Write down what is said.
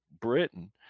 Britain